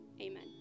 Amen